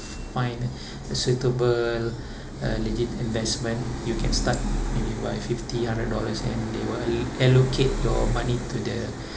to find a suitable uh legit investment you can start maybe by fifty hundred dollars and they will allocate your money to the